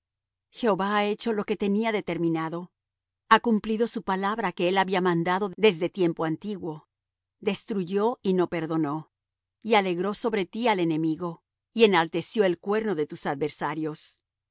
jehová ha hecho lo que tenía determinado ha cumplido su palabra que él había mandado desde tiempo antiguo destruyó y no perdonó y alegró sobre ti al enemigo y enalteció el cuerno de tus adversarios